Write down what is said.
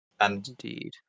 Indeed